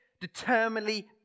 determinedly